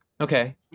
Okay